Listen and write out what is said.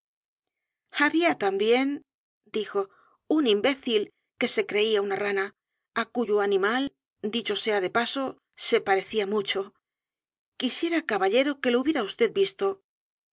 también dijo un imbécil que se creía u n a rana á cuyo animal dicho sea de paso se parecía mucho quisiera caballero que lo hubiera vd visto